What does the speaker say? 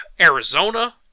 Arizona